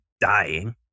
dying